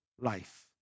life